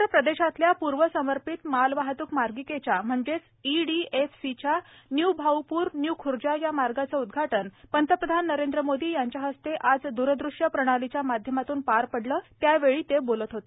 उत्तर प्रदेशातल्या पूर्व समर्पित मालवाहतूक मार्गिकेच्या म्हणजेच ईडीएफसीच्या न्यू भाऊपूर न्यू खुर्जा या मार्गाचं उद्घाटन आज पंतप्रधान नरेंद्र मोदी यांच्या हस्ते दूरदृश्य प्रणालीच्या माध्यमातून पार पडलं त्यावेळी ते बोलत होते